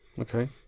Okay